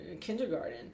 kindergarten